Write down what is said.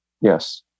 Yes